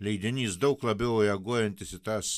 leidinys daug labiau reaguojantis į tas